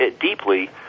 deeply